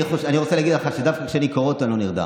אני רוצה להגיד לך שדווקא כשאני קורא אותו אני לא נרדם,